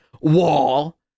wall